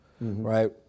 right